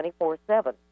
24-7